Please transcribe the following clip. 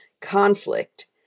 conflict